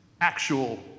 actual